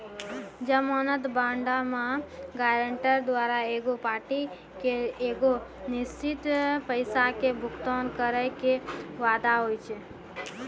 जमानत बांडो मे गायरंटर द्वारा एगो पार्टी के एगो निश्चित पैसा के भुगतान करै के वादा होय छै